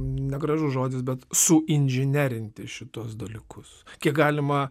negražus žodis bet suinžinerinti šituos dalykus kiek galima